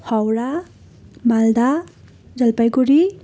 Howrah Malda Jalpaiguri